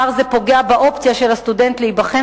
פער זה פוגע באופציה של הסטודנט להיבחן